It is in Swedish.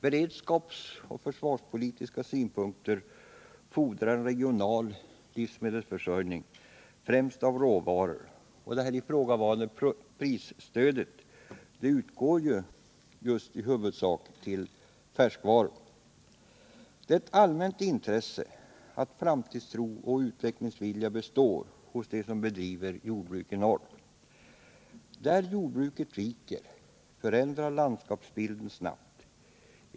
Beredskapsoch försvarspolitiska synpunkter fordrar en regional livsmedelsförsörjning, främst av färskvaror. Ifrågavarande prisstöd utgår ju i huvudsak just till färskvaror. Det är ett allmänt intresse att framtidstro och utvecklingsvilja består hos den som bedriver jordbruk i norr. När jordbruket viker förändras landskapsbilden snabbt.